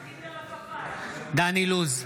בעד דן אילוז,